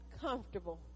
comfortable